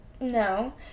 no